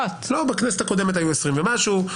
בכנסת הקודמת היו 20 ומשהו,